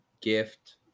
gift